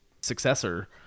successor